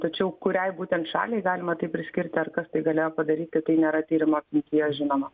tačiau kuriai būtent šaliai galima tai priskirti ar kas tai galėjo padaryti kai nėra tyrimo apimtyje žinoma